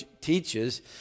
teaches